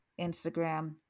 Instagram